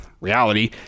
reality